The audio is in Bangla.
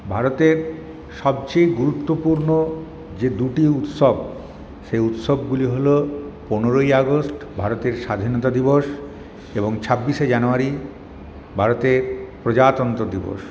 ভারতে সবচেয়ে গুরুত্বপূর্ণ যে দুটি উৎসব সে উৎসবগুলি হল পনেরোই আগস্ট ভারতের স্বাধীনতা দিবস এবং ছাব্বিশে জানুয়ারী ভারতে প্রজাতন্ত্র দিবস